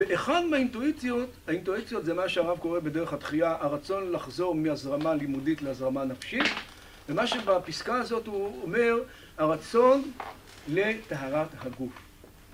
ואחד מהאינטואיציות, האינטואיציות זה מה שהרב קורא בדרך התחייה הרצון לחזור מהזרמה לימודית להזרמה הנפשית ומה שבפסקה הזאת הוא אומר הרצון לטהרת הגוף